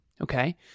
Okay